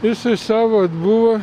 jisai savo atbuvo